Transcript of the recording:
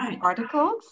articles